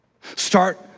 Start